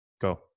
Go